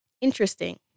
interesting